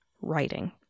writing